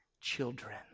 children